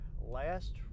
last